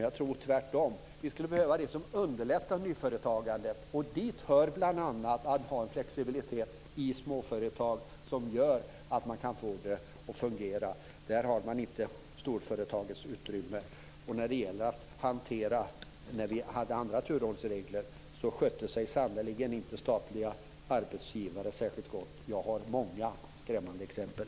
Jag tror tvärtom att vi skulle behöva vidta åtgärder som underlättar nyföretagandet. Dit hör åtgärder för att skapa flexibilitet i småföretag, som gör att man kan få det att fungera. Man har inte storföretagens utrymme. När vi hade andra turordningsregler skötte sig statliga arbetsgivare sannerligen inte särskilt bra. Jag har många skrämmande exempel.